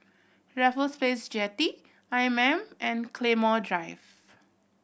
Raffles Place Jetty I M M and Claymore Drive